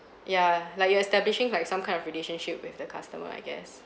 ya like you're establishing like some kind of relationship with the customer I guess